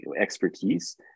expertise